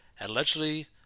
allegedly